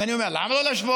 ואני אומר: למה לא להשוות?